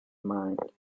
mind